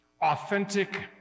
authentic